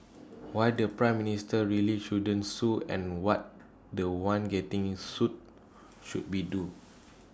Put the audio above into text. why the Prime Minister really shouldn't sue and what The One getting sued should be do